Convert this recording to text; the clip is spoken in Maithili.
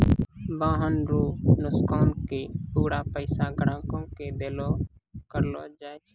वाहन रो नोकसान के पूरा पैसा ग्राहक के देलो करलो जाय छै